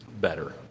better